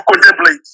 contemplate